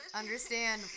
understand